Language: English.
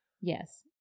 Yes